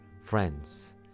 friends